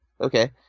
okay